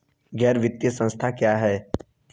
गैर वित्तीय संस्था क्या है?